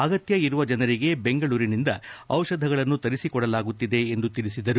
ಅಗತ್ಯ ಇರುವ ಜನರಿಗೆ ಬೆಂಗಳೂರಿನಿಂದ ದಿಷಧಿಗಳನ್ನು ತರಿಸಿಕೊಡಲಾಗುತ್ತಿದೆ ಎಂದು ಹೇಳಿದರು